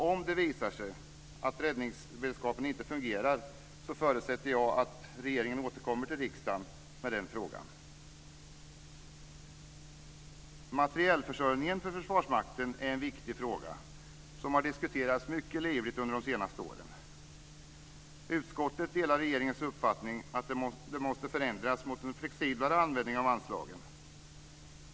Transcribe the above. Om det visar att räddningsberedskapen inte fungerar, förutsätter jag att regeringen återkommer till riksdagen i den frågan. Materielförsörjningen är en viktig fråga för Försvarsmakten som har diskuterats mycket livligt under de senaste åren. Utskottet delar regeringens uppfattning att det måste förändras mot en flexiblare användning av anslaget.